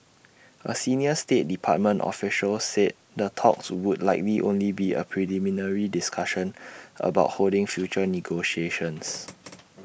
A senior state department official said the talks would likely only be A preliminary discussion about holding future negotiations